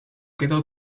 quedó